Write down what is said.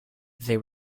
they